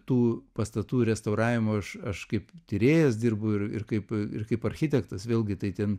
tų pastatų restauravimu aš aš kaip tyrėjas dirbu ir ir kaip ir kaip architektas vėlgi tai ten